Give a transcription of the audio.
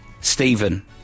Stephen